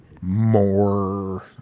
more